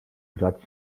grzać